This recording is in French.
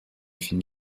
films